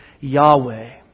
Yahweh